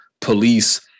police